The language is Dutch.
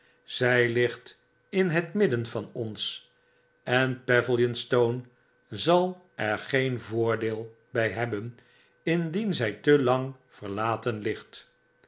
zy ligt in het midden van ons en pavilionstone zal er geen voordeel by hebben indien zy te lang verlaten ligt